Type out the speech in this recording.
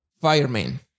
Fireman